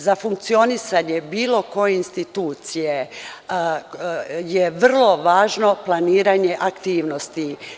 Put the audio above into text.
Za funkcionisanje bilo koje institucije je vrlo važno planiranje aktivnosti.